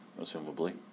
assumably